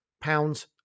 pounds